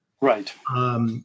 Right